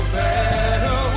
better